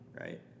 Right